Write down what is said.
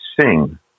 sing